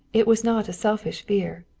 it was not a selfish fear.